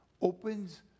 opens